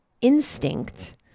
instinct